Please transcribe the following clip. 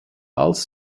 als